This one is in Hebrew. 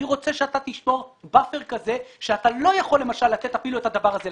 אני רוצה שאתה תשבור באפר כזה שאתה לא יכול למשל לתת אפילו את הדבר הזה.